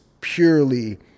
purely